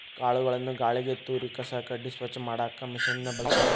ಕಾಳುಗಳನ್ನ ಗಾಳಿಗೆ ತೂರಿ ಕಸ ಕಡ್ಡಿ ಸ್ವಚ್ಛ ಮಾಡಾಕ್ ಮಷೇನ್ ನ ಬಳಸ್ತಾರ